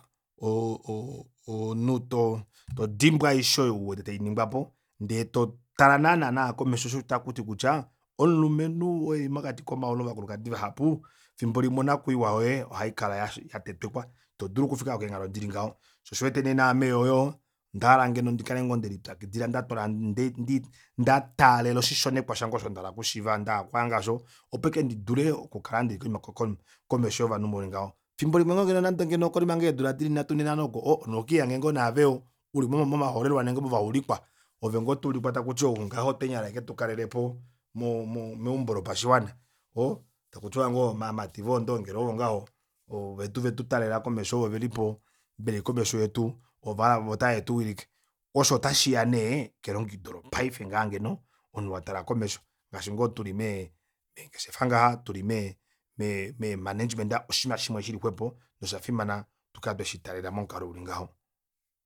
O- o- omunhu todimbwa aishe oyo uwete tainingwapo ndee totale naana komesho shoo osho uwete takuti kutya omulumenhu oo eli mokati kovakulukadi vahapu efimbo limwe onakwiiwa yoye ohaikala yatetwilwa ito dulu okufika keenghalo dili ngaho shoo osho uwete naame yoo ondahala ngoo ndikale ndelipyakidila nda taalela oshishonekwa shange osho ndahala okushiiva ndahala okuhanga aasho opo aike ndidule oku kala koima komesho yovanhu mulingaho fimbo limwe nande ngeno okonima ngoo yeedula dili nhatu nhee nhano oko ohoo omunhu oko lihanga ngoo naaveyo uli momaholelwa ile movaulikwa oove ngoo toulikwa takuti ou ngaha otwe muhala eketukalelepo mo- mo meumbo lopashiwana ohoo takutiwa ngoo ovamati voondaongelwa ovo ngaho ovetutaalela komesho ovo velipo velikomesho yetu ovahala ovo tave tuwilike osho otashiya nee kelongekido lopaife ngaha ngeno omunhu watala komesho ngaashi ngoo tuli mee mengeshefa ngaha tuli mee me me management oshiima shili xwepo noshafimana tukale tweshi talela momukalo uli ngaho